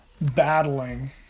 battling